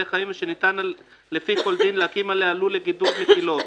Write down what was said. חיים ושניתן לפי כל דין להקים עליה לול לגידול מטילות,